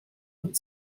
went